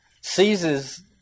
seizes